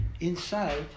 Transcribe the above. inside